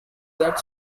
that